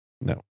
no